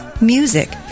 music